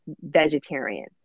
vegetarian